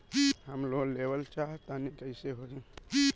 हम लोन लेवल चाह तानि कइसे होई?